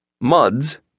MUDs